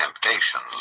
temptations